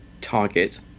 target